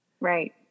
Right